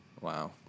Wow